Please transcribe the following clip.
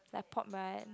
like pop right